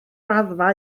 raddfa